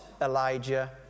Elijah